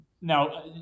Now